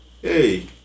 hey